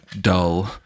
Dull